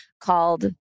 called